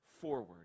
forward